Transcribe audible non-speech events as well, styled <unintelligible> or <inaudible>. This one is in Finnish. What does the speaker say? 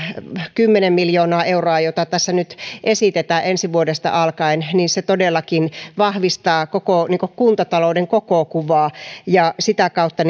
kymmenen miljoonaa euroa jota tässä nyt esitetään ensi vuodesta alkaen todellakin vahvistaa kuntatalouden koko kuvaa ja sitä kautta <unintelligible>